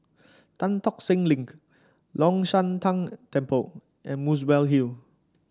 Tan Tock Seng Link Long Shan Tang Temple and Muswell Hill